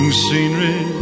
scenery